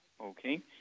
Okay